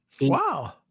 Wow